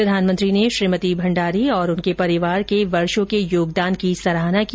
प्रधानमंत्री ने श्रीमती भण्डारी और उनके परिवार के वर्षो के योगदान की सराहना की